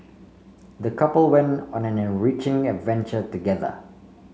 the couple went on an enriching adventure together